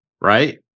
right